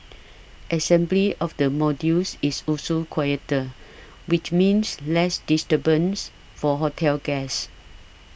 assembly of the modules is also quieter which means less disturbance for hotel guests